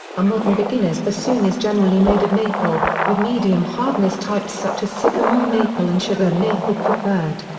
a modern beginner's bassoon is generally made of maple, with medium-hardness types such as sycamore maple and sugar maple preferred.